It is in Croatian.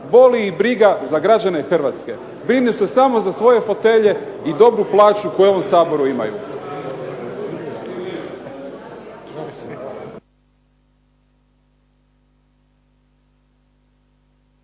Boli ih briga za građane Hrvatske. Brinu se samo za svoje fotelje i dobru plaću koju u Saboru imaju.